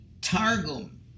targum